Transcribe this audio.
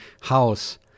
House